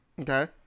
Okay